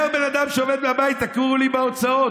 אומר בן אדם שעובד מהבית: תכירו לי בהוצאות,